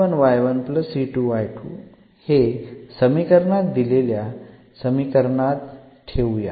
तर आता आपण हे समीकरण दिलेल्या समीकरणात ठेवूयात